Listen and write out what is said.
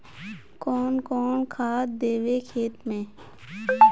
कौन कौन खाद देवे खेत में?